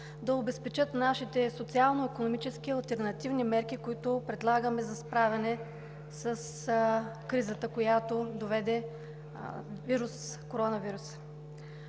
се обезпечат нашите социално-икономически алтернативни мерки, които предлагаме за справяне с кризата, до която доведе коронавирусът.